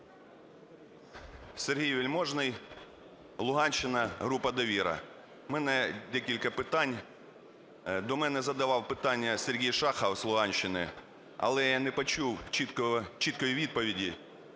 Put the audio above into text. Сергій Вельможний, Луганщина, група "Довіра". У мене декілька питань. До мене задавав питання Сергій Шахов з Луганщини, але я не почув чіткої відповіді